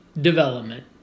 development